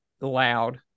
loud